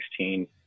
2016